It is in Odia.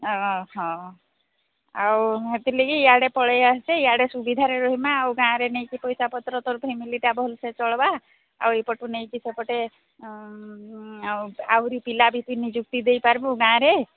ଅ ହ ଆଉ ସେଥିଲାଗି ଇଆଡ଼େ ପଳେଇ ଆସେ ସୁବିଧାରେ ରହିବା ଆଉ ଗାଁରେ ନେଇକି ପଇସା ପତ୍ର ତୋର ଫ୍ୟାମିଲି ଭଲସେ ଚଳିବା ଆଉ ଏପଟୁ ନେଇକି ସେପଟେ ଆହୁରି ପିଲା ବି ନିଯୁକ୍ତି ଦେଇପାରିବୁ ଗାଁରେ